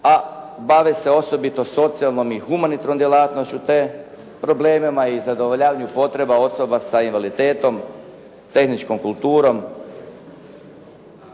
a bave se osobito socijalnom i humanitarnom djelatnošću te problemima i zadovoljavanju potreba osoba s invaliditetom, tehničkom kulturom,